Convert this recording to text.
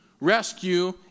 rescue